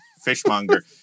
Fishmonger